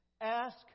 Ask